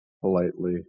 politely